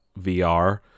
VR